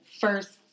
first